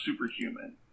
superhuman